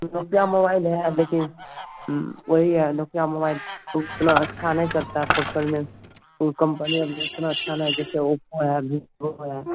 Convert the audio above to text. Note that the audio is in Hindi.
नोकिया मोबाइल है और देखें वही है नोकिया मोबाइल वह थोड़ा अच्छा नहीं चलता है फुटकर में वह कंपनी अब इतनी अच्छा नहीं जिससे वह आदमी ख़ुश रहे